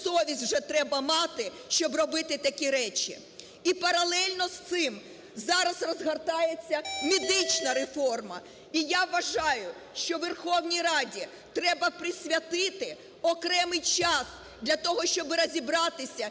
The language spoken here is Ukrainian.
совість вже треба мати, щоб робити такі речі? І паралельно з цим зараз розгортається медична реформа. І я вважаю, що Верховній Раді треба присвятити окремий час для того, щоб розібратися,